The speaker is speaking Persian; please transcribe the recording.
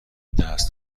دست